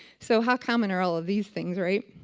so how common are all of these things, right?